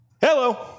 Hello